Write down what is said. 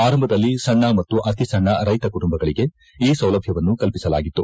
ಆರಂಭದಲ್ಲಿ ಸಣ್ಣ ಮತ್ತು ಅತಿಸಣ್ಣ ರೈತ ಕುಟುಂಬಗಳಿಗೆ ಈ ಸೌಲಭ್ಯವನ್ನು ಕಲ್ಪಿಸಲಾಗಿತ್ತು